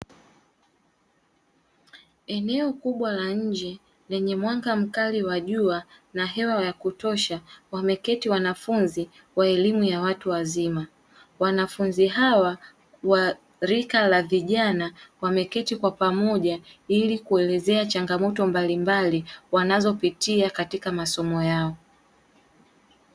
Eneo kubwa la nje lenye mwanga mkali wa jua na hewa ya kutosha wameketi wanafunzi wa elimu ya watu wazima. Wanafunzi hawa wa rika la vijana, wameketi kwa pamoja ili kuelezea changamoto mbalimbali wanazopitia katika masomo yao.